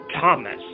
thomas